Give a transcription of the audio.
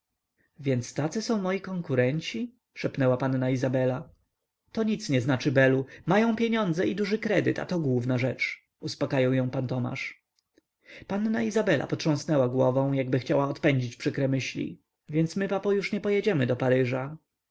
więc tacy są moi konkurenci szepnęła panna izabela to nic nie znaczy belu mają pieniądze i duży kredyt a to główna rzecz uspakajał ją pan tomasz panna izabela potrząsnęła głową jakby chcąc odpędzić przykre myśli więc my papo już nie pojedziemy do paryża